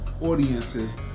audiences